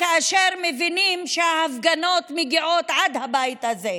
כאשר מבינים שההפגנות מגיעות עד הבית הזה,